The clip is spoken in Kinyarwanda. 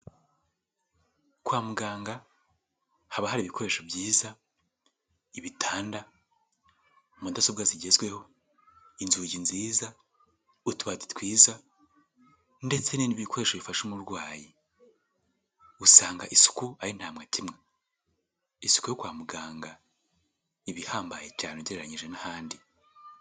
Kwa muganga haba hari ibikoresho byiza ibitanda, mudasobwa zigezweho, inzugi nziza, utubati twiza, ndetse n'ibindi bikoresho bifasha umurwayi. Usanga isuku ari nta makemwa. Isuka yo kwa muganga iba ihambaye cyane ugereranyije n'ahandi.